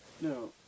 No